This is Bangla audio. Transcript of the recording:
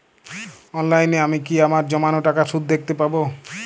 অনলাইনে আমি কি আমার জমানো টাকার সুদ দেখতে পবো?